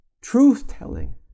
truth-telling